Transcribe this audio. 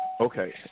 Okay